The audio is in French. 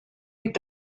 est